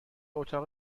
اتاق